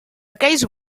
aquells